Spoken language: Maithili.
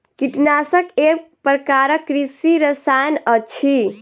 कीटनाशक एक प्रकारक कृषि रसायन अछि